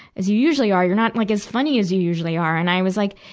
as you usually are. you're not, like, as funny as you usually are. and i was like,